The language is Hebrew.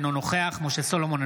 אינו נוכח משה סולומון,